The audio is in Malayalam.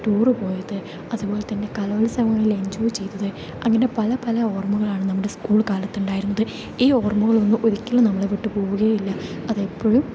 ടൂർ പോയത് അത് പോലെത്തന്നെ കലോത്സവങ്ങളിൽ എൻജോയ് ചെയ്തത് അങ്ങനെ പല പല ഓർമ്മകൾ ആണ് നമ്മുടെ സ്കൂൾ കാലത്തുണ്ടായിരുന്നത് ഈ ഓർമ്മകൾ ഒന്നും ഒരിക്കലും നമ്മളെ വിട്ട് പോവുകയേയില്ല അത് എപ്പോഴും